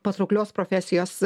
patrauklios profesijos